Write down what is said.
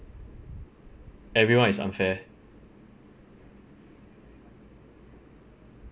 everyone is unfair